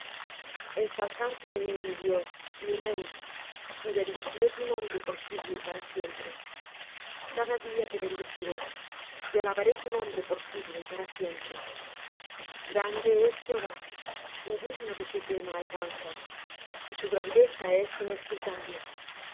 ensalzarte he mi dios mi rey y bendeciré tu nombre por siglo y para siempre cada día te bendeciré y alabaré tu nombre por siglo y para siempre grande es jehová y digno de suprema alabanza y su grandeza es inescrutable generación